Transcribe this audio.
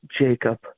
Jacob